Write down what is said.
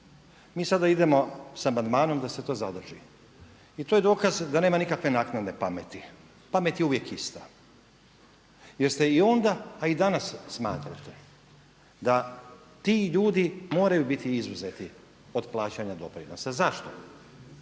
Mi sada idemo sa amandmanom da se to zadrži i to je dokaz da nema nikakve naknadne pameti. Pamet je uvijek ista jer ste i onda, a i danas smatrate da ti ljudi moraju biti izuzeti od plaćanja doprinosa. Zašto?